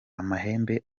amahembe